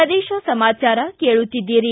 ಪ್ರದೇಶ ಸಮಾಚಾರ ಕೇಳುತ್ತಿದ್ದಿರಿ